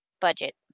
budget